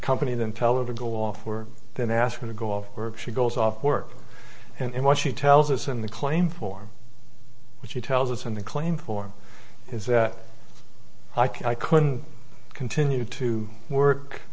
company then tell it to go off work then ask her to go off work she goes off work and in what she tells us in the claim form which she tells us and the claim form is that i couldn't continue to work